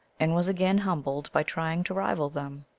and was again humbled by trying to rival them.